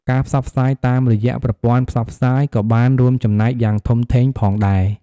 ការផ្សព្វផ្សាយតាមរយៈប្រព័ន្ធផ្សព្វផ្សាយក៏បានរួមចំណែកយ៉ាងធំធេងផងដែរ។